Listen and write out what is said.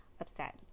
upset